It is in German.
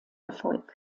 erfolg